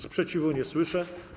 Sprzeciwu nie słyszę.